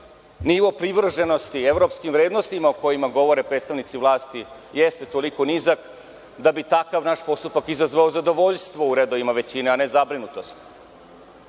nivo privrženosti evropskim vrednostima o kojima govore predstavnici vlasti jeste toliko nizak da bi takav naš postupak izazvao zadovoljstvo u redovima većine, a ne zabrinutost,